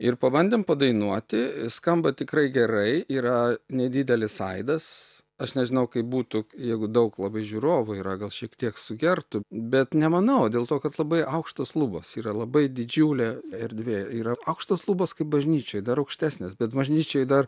ir pabandėm padainuoti skamba tikrai gerai yra nedidelis aidas aš nežinau kaip būtų jeigu daug labai žiūrovų yra gal šiek tiek sugertų bet nemanau dėl to kad labai aukštos lubos yra labai didžiulė erdvė yra aukštos lubos kaip bažnyčioj dar aukštesnės bet bažnyčioj dar